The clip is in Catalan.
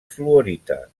fluorita